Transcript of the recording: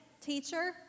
teacher